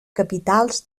capitals